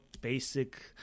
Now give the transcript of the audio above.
basic